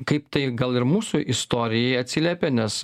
kaip tai gal ir mūsų istorijai atsiliepė nes